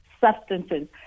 substances